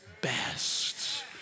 best